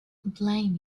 blame